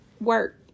work